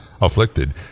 afflicted